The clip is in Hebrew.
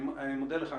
אני מודה לך.